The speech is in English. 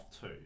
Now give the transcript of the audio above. two